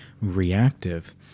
reactive